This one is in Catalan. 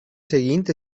seguint